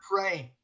praying